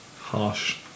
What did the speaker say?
Harsh